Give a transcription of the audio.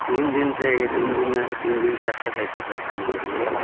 تین دن سے یہ تین دن میں تین دن سے اب تک ایسے ہی پریشانی ہو رہی ہے